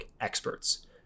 experts